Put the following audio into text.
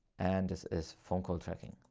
and this is phone call tracking,